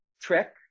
trick